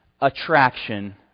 attraction